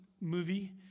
movie